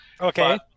Okay